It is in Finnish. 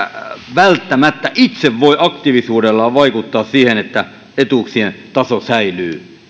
välttämättä itse voi aktiivisuudellaan vaikuttaa siihen että etuuksien taso säilyy